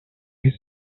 his